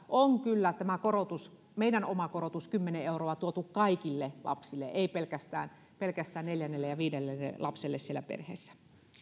on kyllä tämä korotus meidän oma korotus kymmenen euroa tuotu kaikille lapsille ei pelkästään pelkästään neljännelle ja viidennelle lapselle siellä perheessä